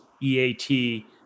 EAT